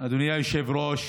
אדוני היושב-ראש,